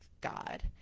God